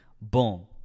boom